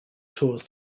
tours